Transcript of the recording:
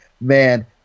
Man